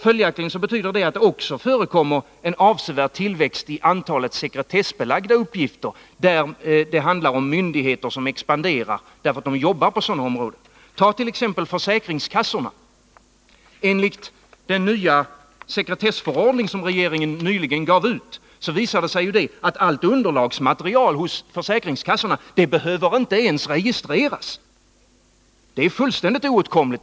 Följaktligen betyder det att det också förekommer en avsevärd tillväxt i fråga om antalet sekretessbelagda uppgifter. Det handlar om myndigheter som expanderar och som jobbar på sådana områden. Ta t.ex. försäkringskassorna! Enligt den nya sekretessförordning som regeringen nyligen gav ut behöver allt underlagsmaterial hos försäkringskassorna inte ens registreras. Det är fullständigt oåtkomligt.